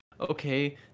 okay